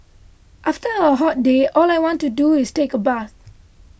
after a hot day all I want to do is take a bath